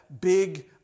big